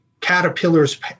caterpillars